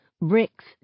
Bricks